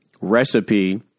recipe